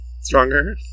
stronger